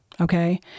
Okay